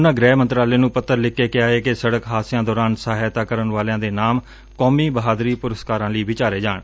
ਉਨ੍ਹਾਂ ਗ੍ਰਹਿ ਮੰਤਰਾਲੇ ਨੂੰ ਪੱਤਰ ਲਿਖ ਕੇ ਕਿਹਾ ਏ ਕਿ ਸੜਕ ਹਾਦਸਿਆਂ ਦੌਰਾਨ ਸਹਾਇਤਾ ਕਰਨ ਵਾਲਿਆਂ ਦੇ ਨਾਮ ਕੌਮੀ ਬਹਾਦਰੀ ਪੁਰਸਕਾਰਾਂ ਲਈ ਵਿਚਾਰੇ ਜਾਣ